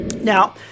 Now